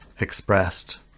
expressed